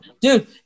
dude